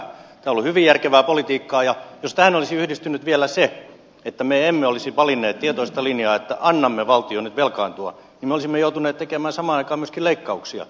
tämä on ollut hyvin järkevää politiikkaa ja jos tähän olisi yhdistynyt vielä se että me emme olisi valinneet tietoista linjaa että annamme valtion nyt velkaantua niin me olisimme joutuneet tekemään samaan aikaan myöskin leik kauksia